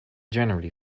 generally